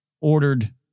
Ordered